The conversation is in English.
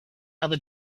other